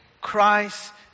Christ